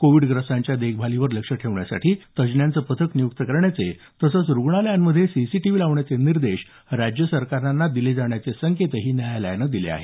कोविडग्रस्तांच्या देखभालीवर लक्ष ठेवण्यासाठी तज्ज्ञांचं पथक नियुक्त करण्याचे तसंच रुग्णालयांमध्ये सीसीटीव्ही लावण्याचे निर्देश राज्य सरकारांना दिले जाण्याचे संकेतही न्यायालयानं दिले आहेत